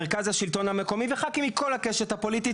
מרכז השלטון המקומי וח"כים מכל הקשת הפוליטית